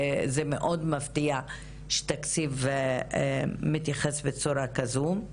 זה מאוד מפתיע שתקציב מתייחס בצורה כזו,